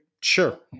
Sure